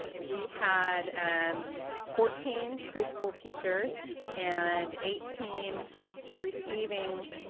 ah we had um fourteen preschool teachers and eighteen receiving,